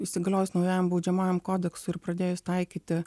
įsigaliojus naujajam baudžiamajam kodeksui ir pradėjus taikyti